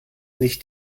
nicht